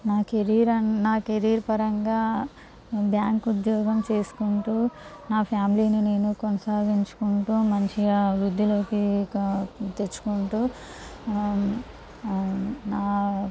నా కెరీర్ నా కెరీర్ పరంగా బ్యాంక్ ఉద్యోగం చేసుకుంటు నా ఫ్యామిలీని నేను కొనసాగించుకుంటు మంచిగా అభివృద్ధిలో క తెచ్చుకుంటు నా